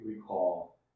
recall